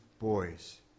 boys